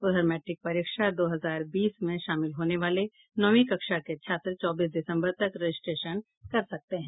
उधर मैट्रिक परीक्षा दो हजार बीस में शामिल होने वाले नौवीं कक्षा के छात्र चौबीस दिसम्बर तक रजिस्ट्रेशन कर सकते हैं